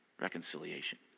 reconciliation